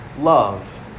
love